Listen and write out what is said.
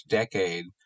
decade